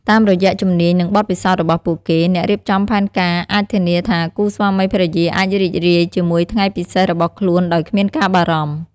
តាមរយៈជំនាញ និងបទពិសោធន៍របស់ពួកគេ អ្នករៀបចំផែនការអាចធានាថាគូស្វាមីភរិយាអាចរីករាយជាមួយថ្ងៃពិសេសរបស់ខ្លួនដោយគ្មានការបារម្ភ។